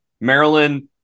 Maryland